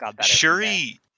shuri